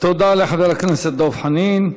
תודה לחבר הכנסת דב חנין.